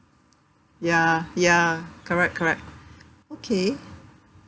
ya ya correct correct okay